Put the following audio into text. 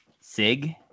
SIG